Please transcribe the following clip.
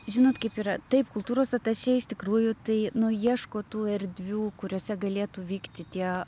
žinot kaip yra taip kultūros atašė iš tikrųjų tai nu ieško tų erdvių kuriose galėtų vykti tie